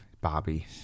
Bobby